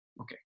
okay